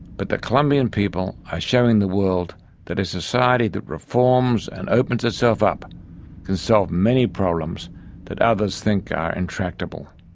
but the colombian people are showing the world that a society that reforms and opens itself up can solve many problems that others think are intractable.